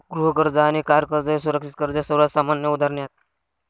गृह कर्ज आणि कार कर्ज ही सुरक्षित कर्जाची सर्वात सामान्य उदाहरणे आहेत